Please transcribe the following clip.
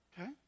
Okay